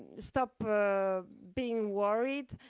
stop being worried.